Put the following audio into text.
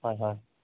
হয় হয়